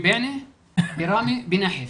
בבועיינה, בראמה, בנחף.